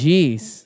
Jeez